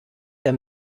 der